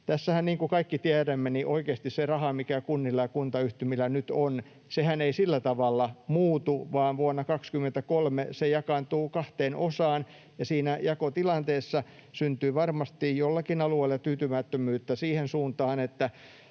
Tässähän, niin kuin kaikki tiedämme, oikeasti se raha, mikä kunnilla ja kuntayhtymillä nyt on, ei sillä tavalla muutu, vaan vuonna 23 se jakaantuu kahteen osaan. Siinä jakotilanteessa syntyy varmasti jollakin alueella tyytymättömyyttä siihen suuntaan, onko